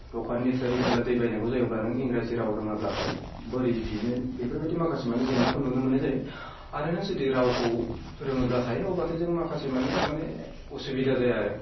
दखाननिफ्राय जेब्ला दै बायनांगौ जायो अब्ला नों इंराजि राव रोङाब्लाथाय बोरै बिनो बेफोरबायदि माखासेमानि जेंनाखौ नुनो मोननाय जायो आरो नों जुदि रावखौ रोङोब्लाथाय अब्लाथाय जों माखासेमानि थारमाने उसुबिदा जाया आरो